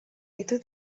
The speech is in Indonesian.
itu